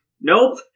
Nope